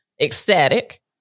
ecstatic